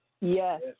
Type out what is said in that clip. Yes